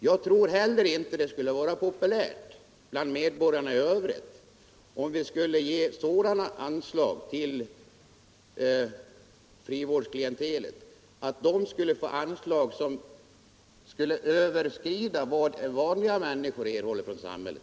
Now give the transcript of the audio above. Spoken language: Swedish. Jag tror inte heller att det skulle vara populärt bland medborgarna i övrigt om vi skulle ge sådana anslag till frivårdsklientelet att dessa människor finge bidrag som överskrider vad andra människor erhåller från samhället.